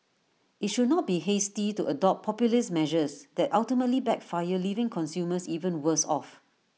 IT should not be hasty to adopt populist measures that ultimately backfire leaving consumers even worse off